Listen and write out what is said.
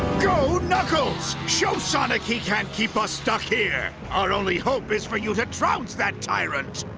go, knuckles! show sonic he can't keep us stuck here. our only hope is for you to trounce that tyrant.